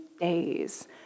days